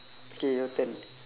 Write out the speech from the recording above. K your turn